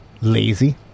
lazy